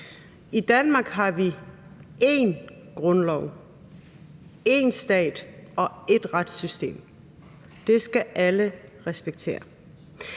I Danmark har vi én grundlov, én stat og ét retssystem. Det skal alle respektere.